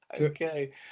Okay